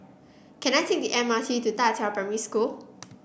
can I take the M R T to Da Qiao Primary School